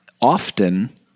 often